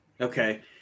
Okay